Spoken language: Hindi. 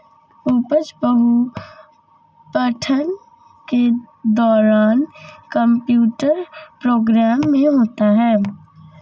उपज बहु पठन के दौरान कंप्यूटर प्रोग्राम में होता है